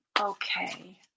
Okay